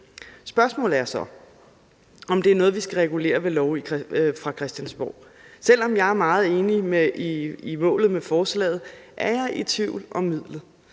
Spørgsmålet er så, om det er noget, vi skal regulere ved lov fra Christiansborg. Selv om jeg er meget enig i målet med forslaget, er jeg i tvivl om midlet.